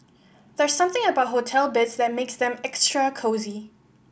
there's something about hotel beds that makes them extra cosy